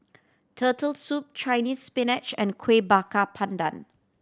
Turtle Soup Chinese Spinach and Kuih Bakar Pandan